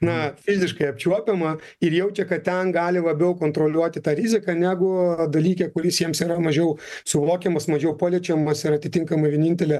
na fiziškai apčiuopiamą ir jaučia kad ten gali labiau kontroliuoti tą riziką negu dalyke kuris jiems yra mažiau suvokiamas mažiau paliečiamas ir atitinkamai vienintelė